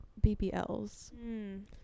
BBLs